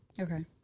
Okay